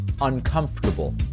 uncomfortable